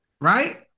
Right